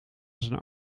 zijn